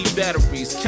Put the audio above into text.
batteries